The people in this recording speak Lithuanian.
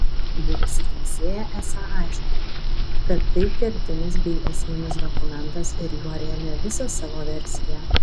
buvusi teisėja esą aiškino kad tai kertinis bei esminis dokumentas ir juo rėmė visą savo versiją